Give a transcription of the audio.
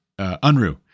Unruh